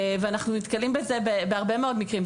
אנחנו נתקלים בזה בהרבה מקרים,